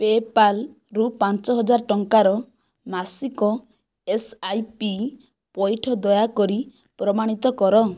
ପେ'ପାଲ୍ରୁ ପାଞ୍ଚହଜାର ଟଙ୍କାର ମାସିକ ଏସ ଆଇ ପି ପଇଠ ଦୟାକରି ପ୍ରମାଣିତ କର